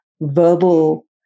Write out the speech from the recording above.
verbal